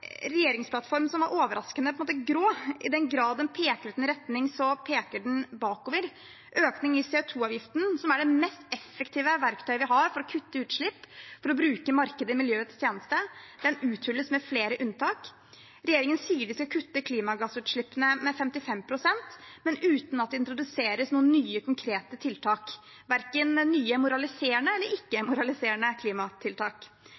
som er overraskende grå. I den grad den peker ut en retning, peker den bakover. Økningen i CO 2 -avgiften, som er det mest effektive verktøyet vi har for å kutte utslipp og bruke markedet i miljøets tjeneste, uthules med flere unntak. Regjeringen sier de skal kutte klimagassutslippene med 55 pst., men uten at det introduseres noen nye konkrete tiltak, verken nye moraliserende eller